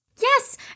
Yes